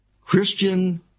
Christian